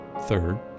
Third